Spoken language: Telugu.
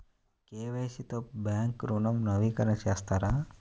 కే.వై.సి తో బ్యాంక్ ఋణం నవీకరణ చేస్తారా?